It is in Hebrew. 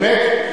באמת?